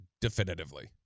definitively